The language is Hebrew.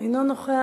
אינו נוכח.